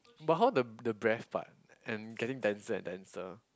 but how the the breath part and getting denser and denser